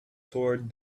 toward